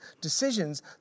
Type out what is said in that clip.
decisions